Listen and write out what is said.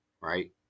right